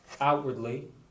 outwardly